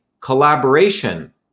collaboration